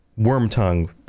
Wormtongue